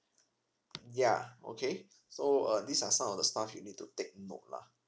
ya okay so uh these are some of the stuff you need to take note lah